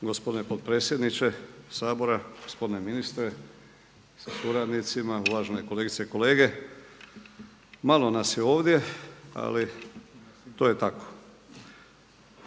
Gospodine potpredsjedniče Sabora, gospodine ministre sa suradnicima, uvažene kolegice i kolege. Malo nas je ovdje, ali to je tako.